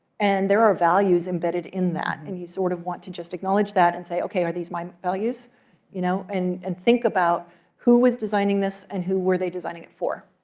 and there are values embedded in that. and you sort of want to just acknowledge that and say, ok, are these my values you know and and think about who was designing this and who were they designing it for?